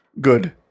good